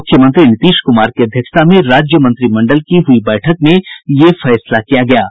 मुख्यमंत्री नीतीश कुमार की अध्यक्षता में राज्य मंत्रिमंडल की हुई बैठक में यह फैसला किया गया है